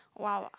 guava